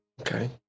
Okay